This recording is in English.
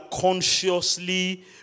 consciously